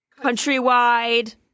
countrywide